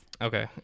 okay